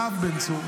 הרב בן צור,